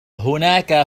هناك